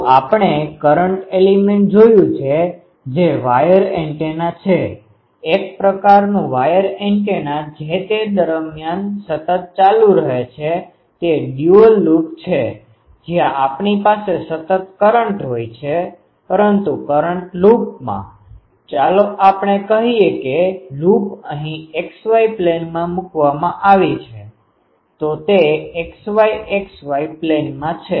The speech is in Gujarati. તો આપણે કરંટcurrentપ્રવાહ એલિમેન્ટelementતત્વ જોયું છે જે વાયરwireતાર એન્ટેના છે એક પ્રકારનું વાયર એન્ટેના જે તે દરમ્યાન સતત ચાલુ રહે છે તે ડ્યુઅલdualબેવડું લૂપ છે જ્યાં આપણી પાસે સતત કરંટ હોય છે પરંતુ કરંટ લૂપમાં ચાલો આપણે કહીએ કે લૂપ અહીં X Y પ્લેનમાં મૂકવામાં આવી છેતો તે X Y X Y પ્લેનમાં છે